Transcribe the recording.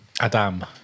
Adam